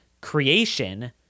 creation